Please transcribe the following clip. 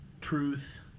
Truth